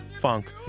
funk